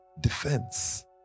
defense